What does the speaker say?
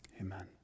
Amen